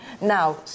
now